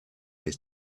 his